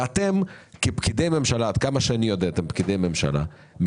ואתם כפקידי ממשלה מזלזלים